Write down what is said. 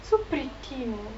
so pretty